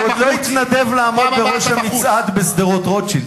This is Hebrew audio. הוא עוד לא התנדב לעמוד בראש המצעד בשדרות-רוטשילד,